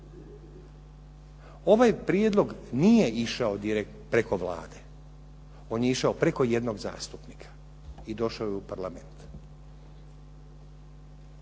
Ovaj prijedlog nije išao preko Vlade, on je išao preko jednog zastupnika i došao je u parlament.